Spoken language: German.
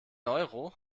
euro